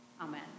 Amen